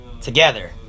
together